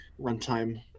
runtime